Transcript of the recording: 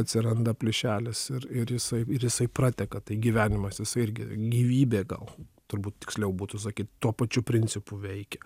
atsiranda plyšelis ir ir jisai ir jisai prateka tai gyvenimas jisai irgi gyvybė gal turbūt tiksliau būtų sakyt tuo pačiu principu veikia